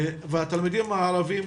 התלמידים הערבים,